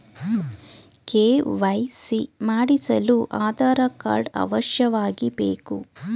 KYC ಮಾಡಿಸಲು Aadhaar card ಅವಶ್ಯವಾಗಿ ಬೇಕು